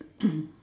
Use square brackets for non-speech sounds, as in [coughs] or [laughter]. [coughs]